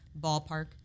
ballpark